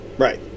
Right